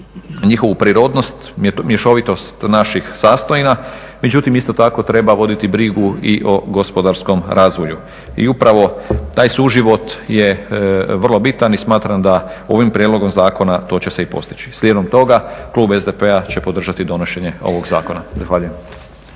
njihovu prirodnost, mješovitost naših sastojina, međutim isto tako treba voditi brigu i o gospodarskom razvoju. I upravo taj suživot je vrlo bitan i smatram da ovim Prijedlogom zakona to će se i postići. Slijedom toga, Kkub SDP-a će podržati donošenje ovog zakona. Zahvaljujem.